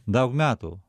daug metų